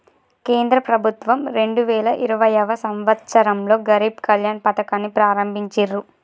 కేంద్ర ప్రభుత్వం రెండు వేల ఇరవైయవ సంవచ్చరంలో గరీబ్ కళ్యాణ్ పథకాన్ని ప్రారంభించిర్రు